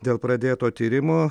dėl pradėto tyrimo